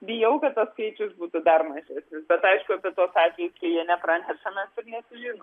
bijau kad tas skaičius būtų dar mažesnis bet aišku apie tuos atvejus kai jie nepraneša mes ir nesužinom